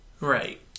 Right